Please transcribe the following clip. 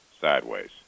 sideways